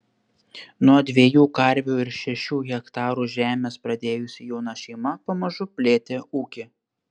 nuo dviejų karvių ir šešių hektarų žemės pradėjusi jauna šeima pamažu plėtė ūkį